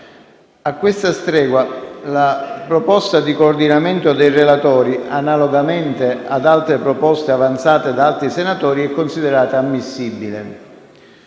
A questa stregua la proposta di coordinamento dei relatori, analogamente ad altre proposte avanzate da altri senatori, è considerata ammissibile.